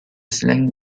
slang